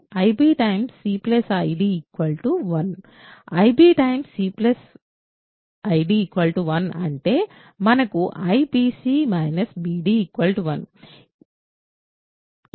ib c id 1 అంటే మనకు ibc bd 1